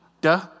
duh